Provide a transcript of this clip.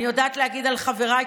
אני יודעת להגיד על חבריי,